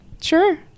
sure